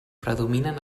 predominen